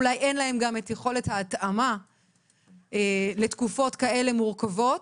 אולי גם אין להם את יכולת ההתאמה לתקופות כאלה מורכבות.